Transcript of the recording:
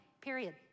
period